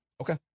Okay